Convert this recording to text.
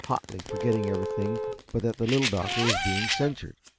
hotly, forgetting everything but that the little doctor was being censured.